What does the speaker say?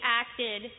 acted